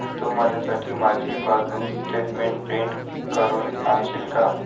तू माझ्यासाठी माझी passbook statement print करून आणशील का?